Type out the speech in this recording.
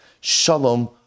Shalom